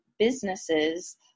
businesses